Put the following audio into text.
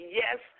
yes